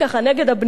נגד הבנייה,